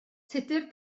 tudur